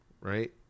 right